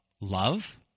love